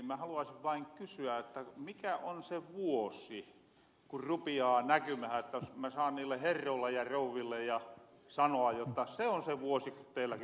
mä haluaisin vain kysyä mikä on se vuosi ku rupiaa näkymähän jotta mä saan niille herroille ja rouville sanoa jotta se on se vuosi ku teilläki